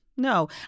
no